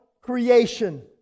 creation